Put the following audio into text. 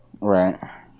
Right